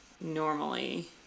normally